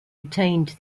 retained